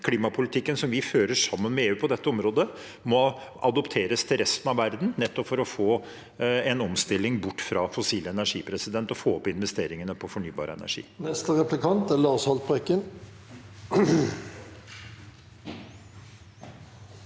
klimapolitikken vi fører sammen med EU på dette området, må adopteres til resten av verden, nettopp for å få en omstilling bort fra fossil energi og få opp investeringene på fornybar energi.